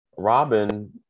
Robin